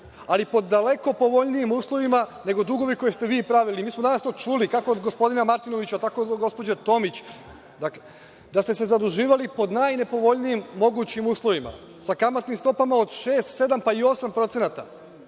ali pod daleko povoljnijim uslovima nego dugove koje ste vi pravili. Mi smo danas to čuli, kako od gospodina Martinovića, tako i od gospođe Tomić, da ste se zaduživali pod najnepovoljnijim mogućim uslovima sa kamatnim stopama od 6, 7, pa i 8%, a